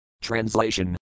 Translation